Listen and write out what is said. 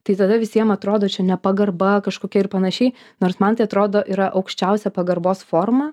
tai tada visiem atrodo čia nepagarba kažkokia ir panašiai nors man tai atrodo yra aukščiausia pagarbos forma